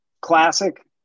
classic